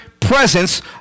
presence